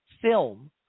film